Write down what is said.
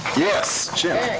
yes, jim.